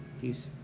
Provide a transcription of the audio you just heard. peace